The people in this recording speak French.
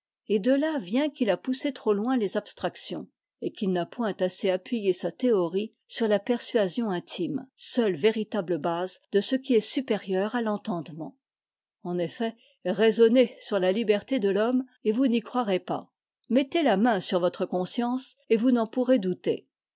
et de là vient qu'il a poussé trop loin les abstractions et qu'il n'a point assez appuyé sa théorie sur la persuasion intime seule véritable base de ce qui est supérieur à l'entendement en effet raisonnez sur la liberté de l'homme et vous n'y croirez pas mettez la main sur votre conscience et vous n'en pourrez douter